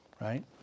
Right